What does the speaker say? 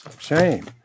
shame